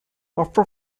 after